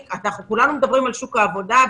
כולנו מדברים על שוק העבודה,